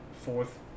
fourth